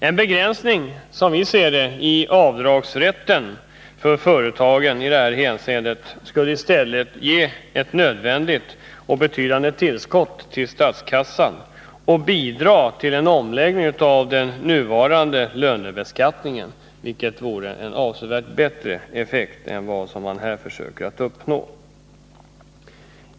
En begränsning i företagens avdragsrätt i detta hänseende skulle i stället ge ett nödvändigt och betydande tillskott till statskassan och bidra till en omläggning av den nuvarande lönebeskattningen. Det vore en avsevärt bättre effekt än den som man här försöker uppnå.